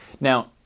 Now